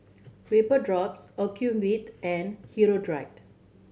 Vapodrops Ocuvite and Hirudoid